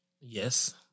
Yes